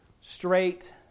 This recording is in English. straight